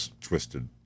twisted